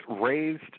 raised